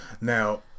Now